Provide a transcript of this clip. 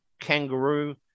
kangaroo